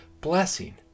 blessing